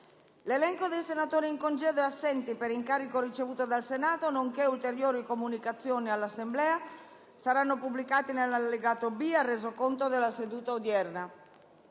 L'elenco dei senatori in congedo e assenti per incarico ricevuto dal Senato, nonché ulteriori comunicazioni all'Assemblea saranno pubblicati nell'allegato B al Resoconto della seduta odierna.